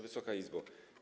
Wysoka Izbo!